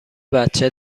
بچه